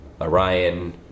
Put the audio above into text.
Orion